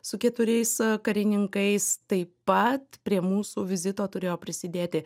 su keturiais karininkais taip pat prie mūsų vizito turėjo prisidėti